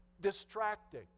Distracting